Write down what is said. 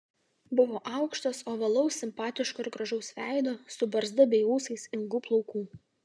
buvo aukštas ovalaus simpatiško ir gražaus veido su barzda bei ūsais ilgų plaukų